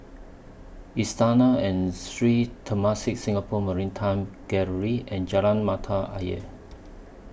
Istana and Sri Temasek Singapore Maritime Gallery and Jalan Mata Ayer